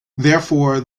therefore